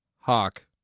Hawk